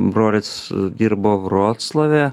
brolis dirbo vroclave